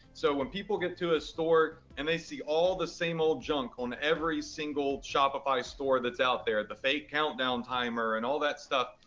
so when people get to a store and they see all the same old junk on every single shopify store that's out there, the fake countdown timer and all that stuff,